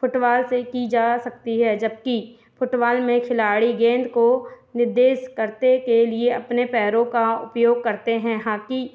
football से की जा सकती है जबकि फ़ुटवाल में खिलाड़ी गेंद को निद्देश करते के लिए अपने पैरों का उपयोग करते हैं हाकी